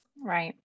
Right